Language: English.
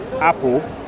Apple